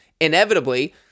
inevitably